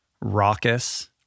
raucous